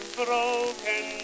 broken